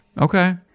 Okay